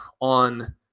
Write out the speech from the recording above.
on